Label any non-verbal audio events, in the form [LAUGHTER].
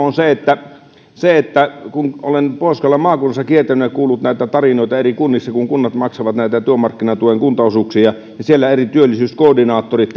[UNINTELLIGIBLE] on se että se että kun olen pohjois karjalan maakunnassa kiertänyt ja kuullut näitä tarinoita eri kunnissa kun kunnat maksavat työmarkkinatuen kuntaosuuksia niin siellä eri työllisyyskoordinaattorit [UNINTELLIGIBLE]